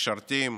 משרתים,